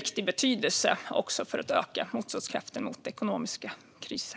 stor betydelse också för att öka motståndskraften mot ekonomiska kriser.